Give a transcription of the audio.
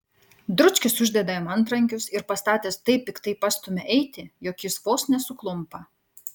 dručkis uždeda jam antrankius ir pastatęs taip piktai pastumia eiti jog jis vos nesuklumpa